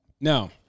Now